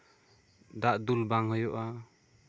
ᱫᱟᱜ ᱫᱩᱞ ᱵᱟᱝ ᱦᱩᱭᱩᱜᱼᱟ